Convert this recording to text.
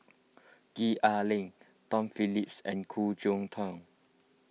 Gwee Ah Leng Tom Phillips and Khoo Cheng Tiong